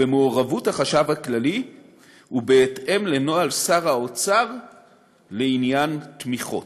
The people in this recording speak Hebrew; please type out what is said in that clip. במעורבות החשב הכללי ובהתאם לנוהל שר האוצר לעניין תמיכות.